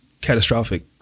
catastrophic